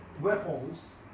weapons